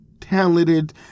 talented